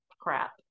crap